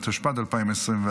התשפ"ד 2024,